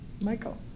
Michael